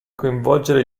coinvolgere